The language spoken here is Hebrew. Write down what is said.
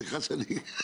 התשובה היא כן.